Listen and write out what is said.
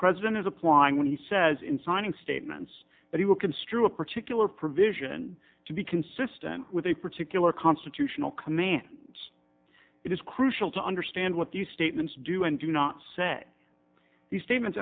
president is applying when he says in signing statements that he will construe a particular provision to be consistent with a particular constitutional command it is crucial to understand what these statements do and do not say these statements